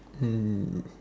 mm